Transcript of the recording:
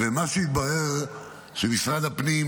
התברר שמשרד הפנים,